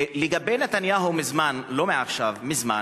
לגבי נתניהו, מזמן, לא מעכשיו, מזמן,